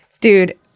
Dude